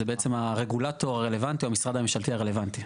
זה בעצם הרגולטור הרלוונטי או המשרד הממשלתי הרלוונטי.